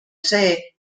see